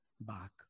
back